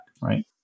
right